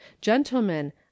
Gentlemen